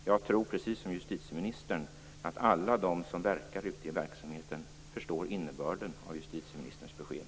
Jag tror, precis som justitieministern, att alla de som finns ute i verksamheten förstår innebörden av justitieministerns besked.